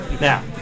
Now